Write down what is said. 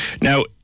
Now